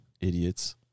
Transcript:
Idiots